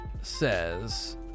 says